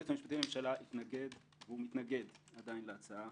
היועץ המשפטי לממשלה התנגד ומתנגד להצעה